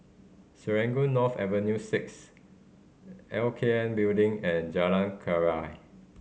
Serangoon North Avenue Six L K N Building and Jalan Keria